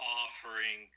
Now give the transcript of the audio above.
offering